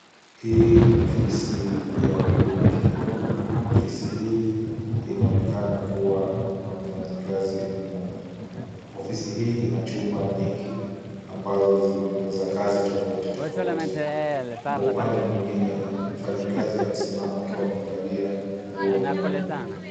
Hii ni ofisi ya Huduma Kenya. Ofisi hii inaonekana kuwa na mfanyikazi mmoja. Ofisi hii ina chumba nyingi ambazo ni za kazi tofauti tofauti. Kwa upande mwingine, mfanyikazi amesimama akiwa amevalia nguo nyeupe.